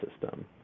system